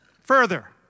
further